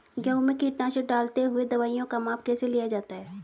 गेहूँ में कीटनाशक दवाई डालते हुऐ दवाईयों का माप कैसे लिया जाता है?